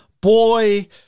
boy